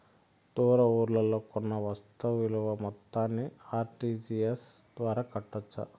దూర ఊర్లలో కొన్న వస్తు విలువ మొత్తాన్ని ఆర్.టి.జి.ఎస్ ద్వారా కట్టొచ్చా?